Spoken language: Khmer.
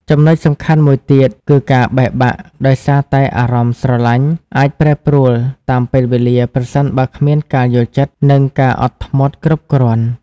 ចំណុចសំខាន់មួយទៀត គឺការបែកបាក់ដោយសារតែអារម្មណ៍ស្រលាញ់អាចប្រែប្រួលតាមពេលវេលាប្រសិនបើគ្មានការយល់ចិត្ត និងការអត់ធ្មត់គ្រប់គ្រាន់។